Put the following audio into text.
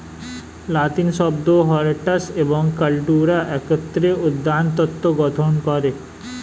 লাতিন শব্দ হরটাস এবং কাল্টুরা একত্রে উদ্যানতত্ত্ব গঠন করে